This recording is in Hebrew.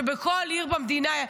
שבכל עיר במדינה,